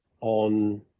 on